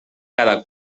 cada